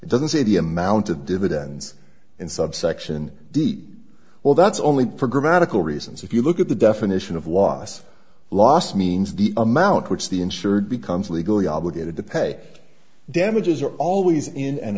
it doesn't say the amount of dividends in subsection deep well that's only programmatic all reasons if you look at the definition of loss loss means the amount which the insured becomes legally obligated to pay damages are always in an